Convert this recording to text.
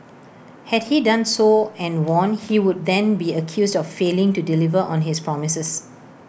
had he done so and won he would then be accused of failing to deliver on his promises